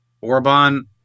Orban